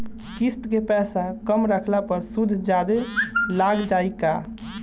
किश्त के पैसा कम रखला पर सूद जादे लाग जायी का?